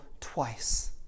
twice